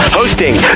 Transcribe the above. hosting